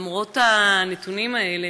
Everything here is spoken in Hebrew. למרות הנתונים האלה,